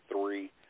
three